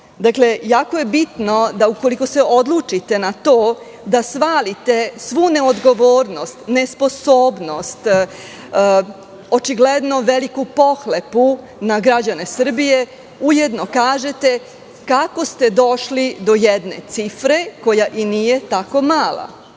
stopama? Jako je bitno da, ukoliko se odlučite na to da svalite svu neodgovornost, nesposobnost, očigledno veliku pohlepu na građane Srbije, ujedno kažete kako ste došli do jedne cifre koja i nije tako mala?